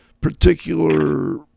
particular